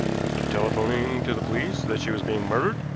after telephoning to the police that she was being murdered?